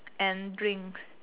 and drinks